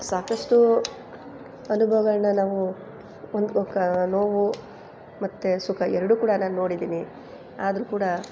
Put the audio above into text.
ಸಾಕಷ್ಟು ಅನುಭವಗಳನ್ನ ನಾವು ಹೊಂದ್ಕೊ ಕಾ ನೋವು ಮತ್ತೆ ಸುಖ ಎರಡೂ ಕೂಡ ನಾನು ನೋಡಿದ್ದೀನಿ ಆದರೂ ಕೂಡ